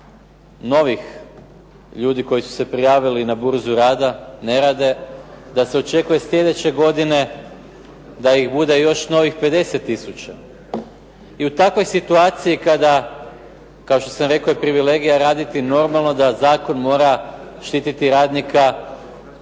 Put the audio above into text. novih ljudi koji su se prijavili na burzu rada, ne rade. Da se očekuje da sljedeće godine, da ih bude još novih 50 tisuća. I u takvoj situaciji kada kao što sam rekao privilegija je raditi, normalno da zakon mora štiti radnika